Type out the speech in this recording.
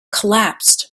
collapsed